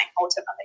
ultimately